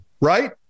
Right